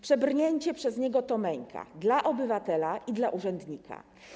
Przebrnięcie przez niego to męka dla obywatela i dla urzędnika.